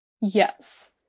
Yes